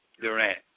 Durant